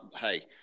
hey